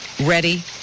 ready